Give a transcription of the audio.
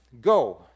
Go